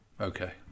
Okay